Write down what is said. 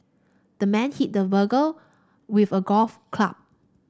the man hit the with a golf club